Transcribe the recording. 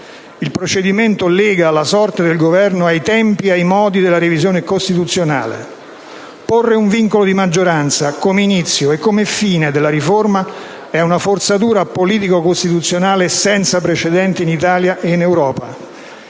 Il procedimento lega la sorte del Governo ai tempi e ai modi della revisione costituzionale. Porre un vincolo di maggioranza come inizio e come fine nella della riforma è una forzatura politico-costituzionale senza precedenti in Italia e in Europa.